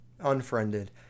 Unfriended